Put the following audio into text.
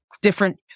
different